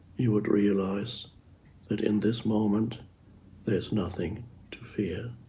you would realize that in this moment there's nothing to fear.